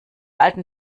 alten